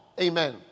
Amen